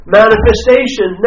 manifestation